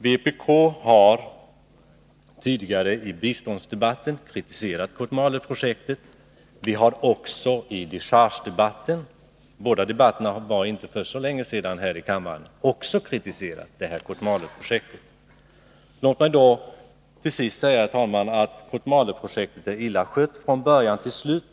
Vi från vpk har tidigare i biståndsdebatten kritiserat Kotmaleprojektet. Också i dechargedebatten — båda dessa debatter ägde ju rum för inte så länge sedan här i kammaren -— kritiserade vi detta projekt. Låt mig till sist säga att projektet är illa skött från början till slut!